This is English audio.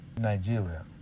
Nigeria